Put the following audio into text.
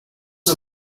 are